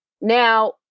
now